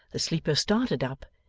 the sleeper started up,